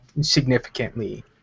significantly